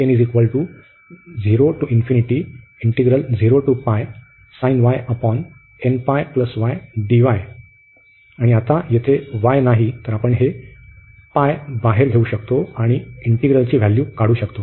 तर आपण हे बाहेर घेऊ शकतो आणि इंटिग्रलची व्हॅल्यू काढू शकतो